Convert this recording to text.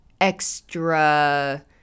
extra